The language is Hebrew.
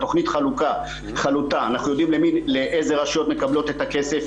התוכנית חלוטה אנחנו יודעים איזה רשויות מקבלות את הכסף,